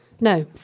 no